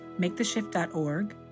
maketheshift.org